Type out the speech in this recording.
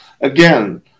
again